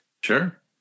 Sure